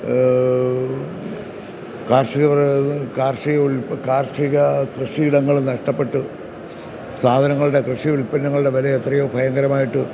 കാർഷിക കാർഷിക കാർഷിക കൃഷിയിടങ്ങൾ നഷ്ടപ്പെട്ട് സാധനങ്ങളുടെ കൃഷിയുൽപ്പന്നങ്ങളുടെ വില എത്രയോ ഭയങ്കരമായിട്ട്